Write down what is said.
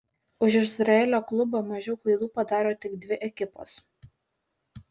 už izraelio klubą mažiau klaidų padaro tik dvi ekipos